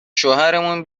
شوهرمون